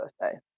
birthday